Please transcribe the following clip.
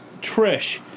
Trish